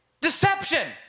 deception